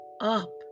up